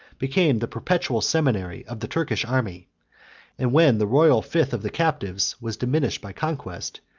became the perpetual seminary of the turkish army and when the royal fifth of the captives was diminished by conquest,